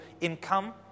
income